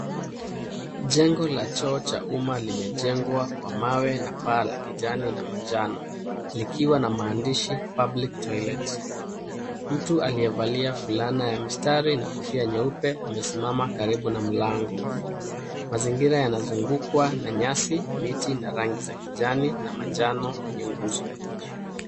Jengo la choo cha umma limejengwa kwa mawe na paa la kijani na manjano likiwa na maandishi Public toilet . Mtu aliyevalia fulana ya mistari na kofia nyeupe amesimama karibu na mlango. Mazingira yanazungukwa na nyasi, miti na rangi za kijani na manjano kwenye nguzo.